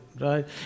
Right